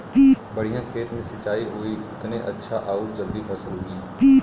बढ़िया खेत मे सिंचाई होई उतने अच्छा आउर जल्दी फसल उगी